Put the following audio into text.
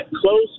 close